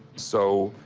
so,